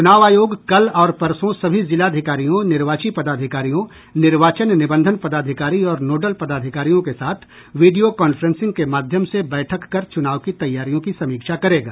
चुनाव आयोग कल और परसों सभी जिलाधिकारियों निर्वाची पदाधिकारियों निर्वाचन निबंधन पदाधिकारी और नोडल पदाधिकारियों के साथ वीडियो कांफ्रेंसिंग के माध्यम से बैठक कर चुनाव की तैयारियों की समीक्षा करेगा